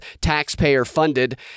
taxpayer-funded